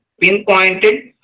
pinpointed